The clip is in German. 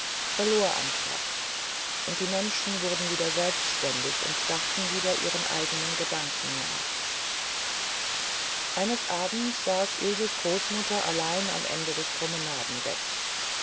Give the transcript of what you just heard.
verlor an kraft und die menschen wurden wieder selbständig und dachten wieder ihren eigenen gedanken nach eines abends saß ilses großmutter allein am ende des